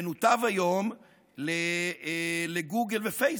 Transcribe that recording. מנותב היום לגוגל ופייסבוק.